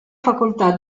facoltà